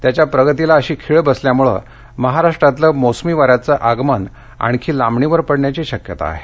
त्याच्या प्रगतीला अशी खिळ बसल्यामुळे महाराष्ट्रातलं मोसमी वा ्यांचं आगमन आणखी लांबणीवर पडण्याची शक्यता आहे